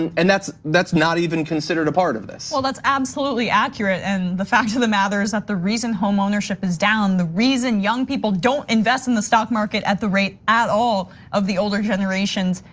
and and that's that's not even considered a part of this. well, that's absolutely accurate. and the fact of the matter is that the reason home ownership is down, the reason young people don't invest in the stock market at the rate at all of the older generations.